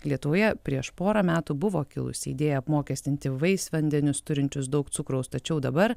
lietuvoje prieš porą metų buvo kilusi idėja apmokestinti vaisvandenius turinčius daug cukraus tačiau dabar